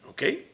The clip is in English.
Okay